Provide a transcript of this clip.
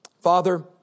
Father